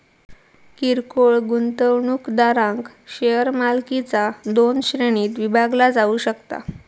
किरकोळ गुंतवणूकदारांक शेअर मालकीचा दोन श्रेणींत विभागला जाऊ शकता